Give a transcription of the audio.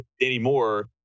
anymore